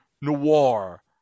Noir